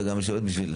וגם מי שעובד בשביל.